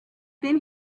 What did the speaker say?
then